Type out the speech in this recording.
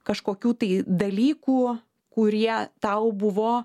kažkokių tai dalykų kurie tau buvo